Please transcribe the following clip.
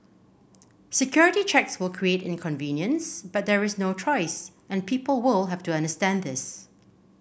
security checks will create inconvenience but there is no choice and people will have to understand this